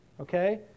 Okay